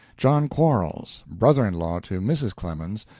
john quarles, brother-in-law to mrs. clemens,